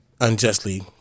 unjustly